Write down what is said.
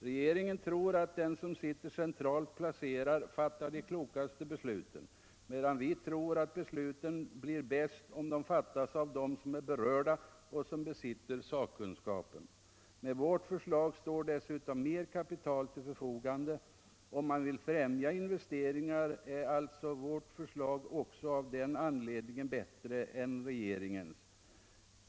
Regeringen tror att den som sitter centralt placerad fattar de klokaste besluten, medan vi tror att besluten blir bäst om de fattas av dem som är berörda och som besitter sakkunskapen. Med vårt förslag står dessutom mer kapital till förfogande. Om man vill främja investeringarna, är alltså vårt förslag också av den anledningen bättre än regeringens.